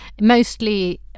mostly